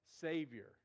Savior